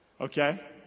Okay